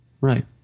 Right